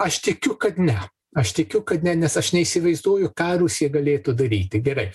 aš tikiu kad ne aš tikiu kad ne nes aš neįsivaizduoju ką rusija galėtų daryti gerai